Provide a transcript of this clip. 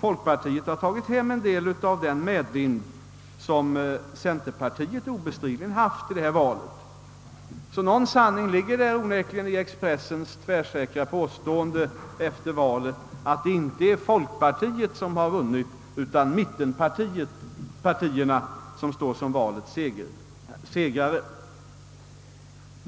folkpartiet fått del av den medvind i vilken centerpartiet obestridligen har seglat i detta val. Någon sanning ligger det onekligen i Expressens tvärsäkra påstående efter valet att det inte var folkpartiet som vann utan att mittenpartierna stod som valets segrare.